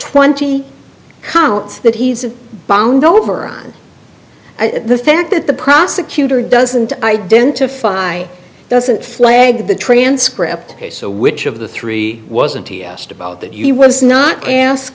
twenty counts that he's bound over on the fact that the prosecutor doesn't identify doesn't flag the transcript so which of the three wasn't he asked about that he was not a